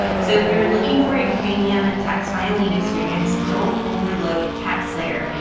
so, if you're looking for a premium tax filing experience, don't overlook taxslayer.